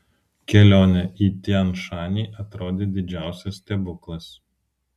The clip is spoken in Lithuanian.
kelionė į tian šanį atrodė didžiausias stebuklas